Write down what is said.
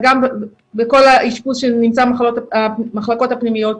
וגם בכל האשפוז של המחלקות הפנימיות,